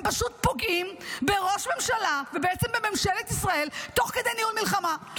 הם פשוט פוגעים בראש ממשלה ובעצם בממשלת ישראל תוך כדי ניהול מלחמה.